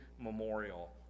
memorial